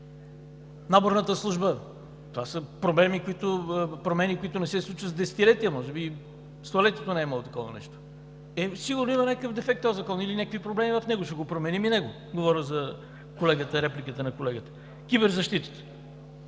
наборната служба – това са промени, които не се случват с десетилетия, може би и в столетието не е имало такова нещо. Сигурно има някакъв дефект този закон или някакви проблеми в него – ще го променим и него – говоря за репликата на колегата. Киберзащитата